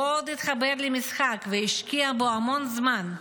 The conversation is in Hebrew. מאוד התחבר למשחק והשקיע בו המון זמן,